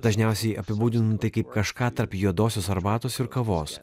dažniausiai apibūdinu tai kaip kažką tarp juodosios arbatos ir kavos